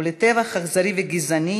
ולטבח אכזרי וגזעני,